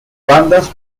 bandas